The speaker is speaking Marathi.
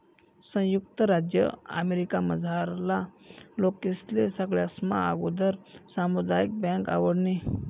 संयुक्त राज्य अमेरिकामझारला लोकेस्ले सगळास्मा आगुदर सामुदायिक बँक आवडनी